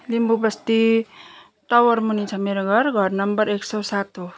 लिम्बू बस्ती टावरमुनि छ मेरो घर घर नम्बर एक सय सात हो